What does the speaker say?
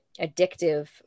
addictive